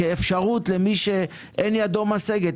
כאפשרות למי שאין ידו משגת,